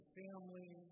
family